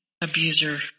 abuser